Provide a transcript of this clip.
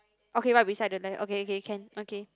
okay right beside the guy okay okay can okay